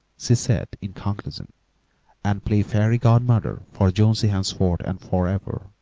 she said, in conclusion, and play fairy godfather for jonesy henceforth and for ever.